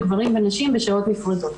לגברים ונשים בשעות נפרדות.